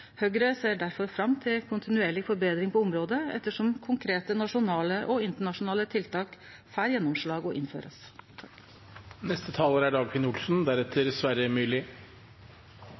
Høgre ser difor fram til kontinuerleg forbetring på området etter kvart som konkrete nasjonale og internasjonale tiltak får gjennomslag og blir innførte. Bakgrunnen for representantforslagene er